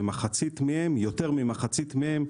ביותר ממחצית מהם,